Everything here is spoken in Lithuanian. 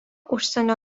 užsienio